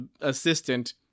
assistant